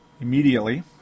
immediately